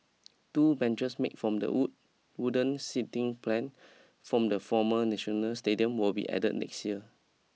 two benches made from the wood wooden seating plan from the former National Stadium will be added next year